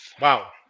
Wow